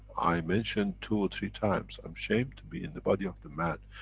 i mentioned two or three times, i'm ashamed to be in the body of the man.